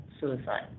suicide